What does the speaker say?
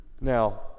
Now